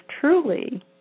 truly